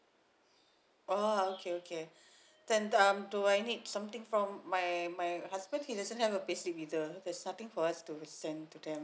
oh okay okay then um do I need something from my my husband he doesn't have a pay slip either there's nothing for us to send to them